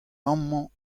amañ